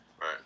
Right